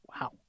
Wow